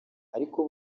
ariko